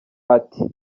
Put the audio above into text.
ati